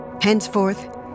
Henceforth